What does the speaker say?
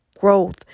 growth